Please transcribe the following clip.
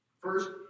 First